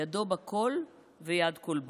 ידו בכול ויד כול בו.